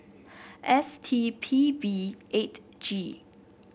S T P B eight G